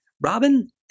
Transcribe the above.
Robin